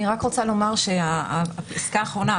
אני רק רוצה לומר שהפסקה האחרונה,